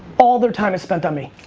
all their time is spent on me.